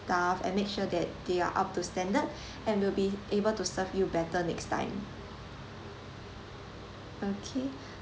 staff and make sure that they are up to standard and will be able to serve you better next time okay